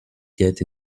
get